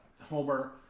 Homer